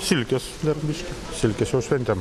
silkės dar biškį silkės jau šventėm